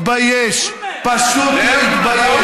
להתבייש, פשוט להתבייש.